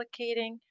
replicating